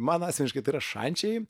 man asmeniškai tai yra šančiai